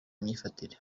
myifatire